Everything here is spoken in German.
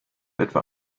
etwa